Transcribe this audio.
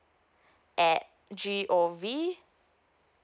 at G O V